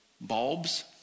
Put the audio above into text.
bulbs